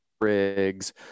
rigs